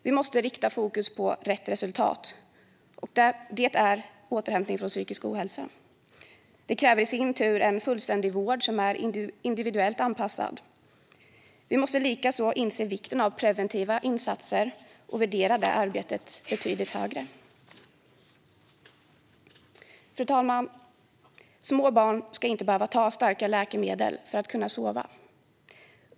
Vi måste rikta fokus på rätt resultat, och det är återhämtning från psykisk ohälsa. Det kräver i sin tur en fullständig vård som är individuellt anpassad. Vi måste likaså inse vikten av preventiva insatser och värdera det arbetet betydligt högre. Fru talman! Små barn ska inte behöva ta starka läkemedel för att kunna sova.